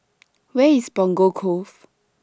Where IS Punggol Cove